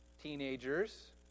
teenagers